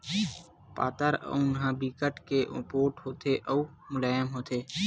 पातर ऊन ह बिकट के पोठ होथे अउ मुलायम होथे